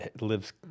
lives